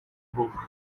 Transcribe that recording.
book